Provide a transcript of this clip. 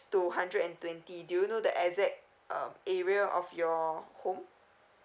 to hundred and twenty do you know the exact uh area of your home